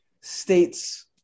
states